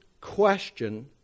question